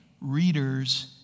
readers